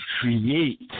create